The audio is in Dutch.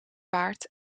paard